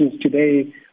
today